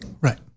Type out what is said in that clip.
Right